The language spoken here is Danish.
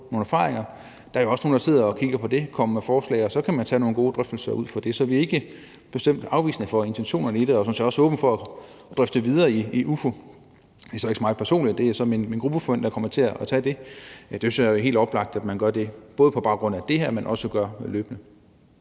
nogle erfaringer. Der er jo også nogle, der sidder og kigger på det. De kan komme med forslag, og så kan man tage nogle gode drøftelser ud fra det. Så vi er bestemt ikke afvisende over for intentionerne i det, og vi er sådan set også åbne over for at drøfte det videre i Udvalget for Forretningsordenen. Det er så ikke mig personligt, men min gruppeformand, der kommer til at tage det. Jeg synes, det er helt oplagt, at man gør det, både på baggrund af det her, men at man også gør det løbende.